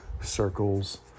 circles